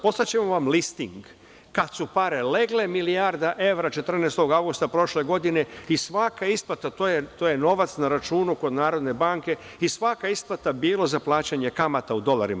Poslaćemo vam listing kada su pare legle, milijarda evra 14. avgusta prošle godine i svaka isplata, to je novac na računu kod Narodne banke i svaka isplata, bilo za plaćanje kamata u dolarima.